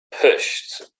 pushed